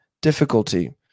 difficulty